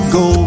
go